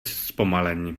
zpomalení